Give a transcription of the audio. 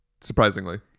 Surprisingly